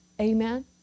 Amen